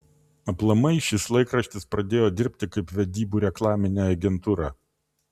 aplamai šis laikraštis pradėjo dirbti kaip vedybų reklaminė agentūra